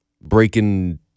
breaking